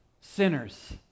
sinners